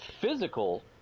physical